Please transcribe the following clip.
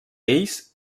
ells